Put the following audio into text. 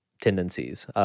tendencies